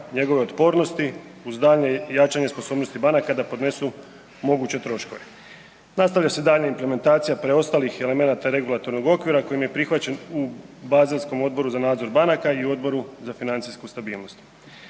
njegove otpornosti uz daljnje jačanje sposobnosti banaka da podnesu moguće troškove. Nastavlja se daljnja implementacija preostalih elemenata regulatornog okvira kojim je prihvaćen u Bazelskom odboru na nadzor banaka i Odboru za financijsku stabilnost.